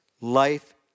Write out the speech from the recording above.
life